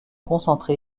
concentrés